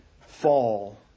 fall